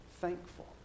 thankful